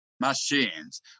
machines